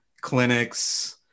clinics